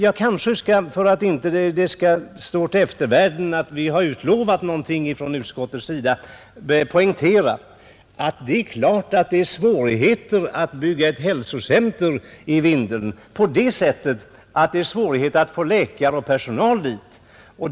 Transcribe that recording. För att det inte skall framstå för eftervärlden som om utskottet har utlovat någonting bör jag kanske poängtera att det givetvis är svårigheter förknippade med att anlägga ett hälsocentrum i Vindeln därför att det blir svårt att få läkare och annan personal dit.